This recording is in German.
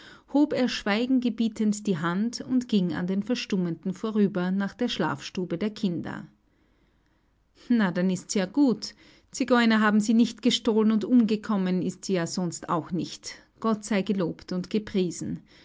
hob er schweigen gebietend die hand und ging an den verstummenden vorüber nach der schlafstube der kinder na dann ist's ja gut zigeuner haben sie nicht gestohlen und umgekommen ist sie ja sonst auch nicht gott sei gelobt und gepriesen